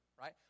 right